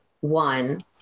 one